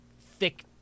thick